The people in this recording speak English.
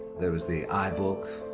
there was the ibook,